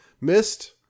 Missed